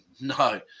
no